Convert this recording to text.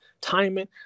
timing